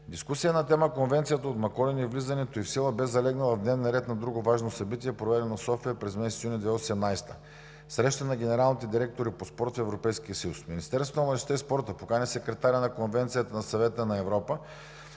Дискусия на тема „Конвенцията от Маколин и влизането ѝ в сила“ бе залегнала в дневния ред на друго важно събитие, проведено в София, през месец юни 2018 г. – Срещата на генералните директори за спорта в Европейския съюз. Министерството на младежта и спорта покани секретаря на Конвенцията на Съвета на Европа